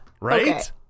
Right